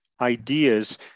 ideas